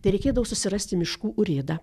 tereikėdavo susirasti miškų urėdą